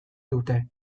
dute